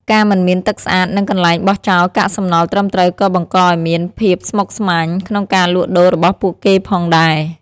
ការមិនមានទឹកស្អាត និងកន្លែងបោះចោលកាកសំណល់ត្រឹមត្រូវក៏បង្កឱ្យមានមានភាពស្មុគស្មាញក្នុងការលក់ដូររបស់ពួកគេផងដែរ។